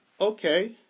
okay